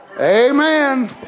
Amen